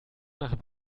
nach